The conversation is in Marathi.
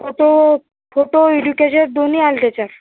फोटू फोटू व्हिडीओ कॅशेट दोन्ही आलं त्याच्यात